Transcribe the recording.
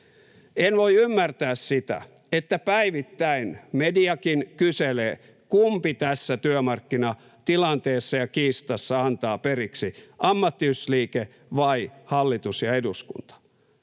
En voi ymmärtää sitä, että päivittäin mediakin kyselee, kumpi tässä työmarkkinatilanteessa ja kiistassa antaa periksi, ammattiyhdistysliike vai hallitus ja eduskunta.